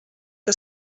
que